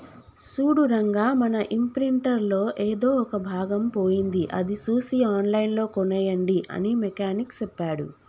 సూడు రంగా మన ఇంప్రింటర్ లో ఎదో ఒక భాగం పోయింది అది సూసి ఆన్లైన్ లో కోనేయండి అని మెకానిక్ సెప్పాడు